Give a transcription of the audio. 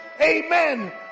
amen